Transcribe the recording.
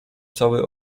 cały